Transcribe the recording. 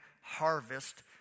harvest